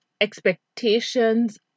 expectations